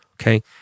okay